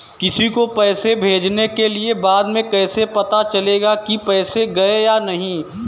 किसी को पैसे भेजने के बाद कैसे पता चलेगा कि पैसे गए या नहीं?